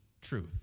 truth